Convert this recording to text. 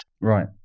Right